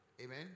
Amen